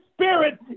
Spirit